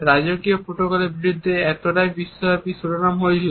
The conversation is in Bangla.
রাজকীয় প্রটোকলের বিরুদ্ধে এতটাই বিশ্বব্যাপী শিরোনাম হয়েছিল